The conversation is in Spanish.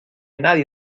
nadie